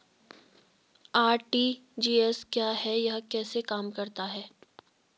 RTGS क्या है यह कैसे काम करता है?